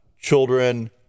children